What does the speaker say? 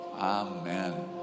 Amen